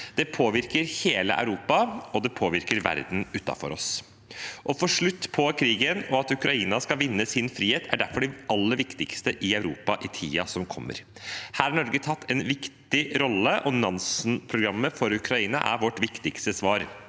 Det påvirker hele Europa, og det påvirker verden utenfor oss. Å få slutt på krigen og at Ukraina skal vinne sin frihet er derfor det aller viktigste i Europa i tiden som kommer. Her har Norge tatt en viktig rolle, og Nansen-programmet for Ukraina er vårt viktigste svar.